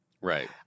Right